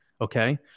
Okay